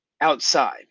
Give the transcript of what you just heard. outside